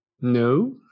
No